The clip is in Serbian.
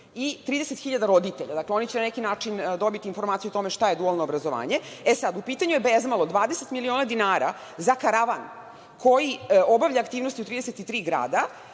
i 30.000 roditelja. Znači, oni će na neki način dobiti informaciju šta je dualno obrazovanje. U pitanju je bezmalo 20 miliona dinara za karavan koji obavlja aktivnosti u 33 grada,